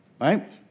Right